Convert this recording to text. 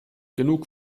genug